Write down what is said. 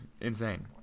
insane